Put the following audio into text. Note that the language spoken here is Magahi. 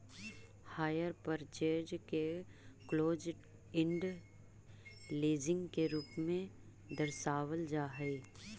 हायर पर्चेज के क्लोज इण्ड लीजिंग के रूप में दर्शावल जा हई